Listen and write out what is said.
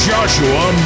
Joshua